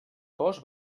cos